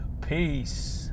Peace